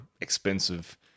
expensive